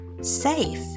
Safe